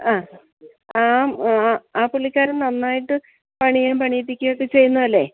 ആ പുള്ളിക്കാരൻ നന്നായിട്ട് പണിയുകയും പണിയിപ്പിക്കുകയുമൊക്ക ചെയ്യുന്നതല്ലേ